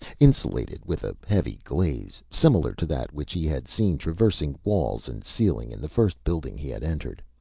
insulated with a heavy glaze, similar to that which he had seen traversing walls and ceiling in the first building he had entered.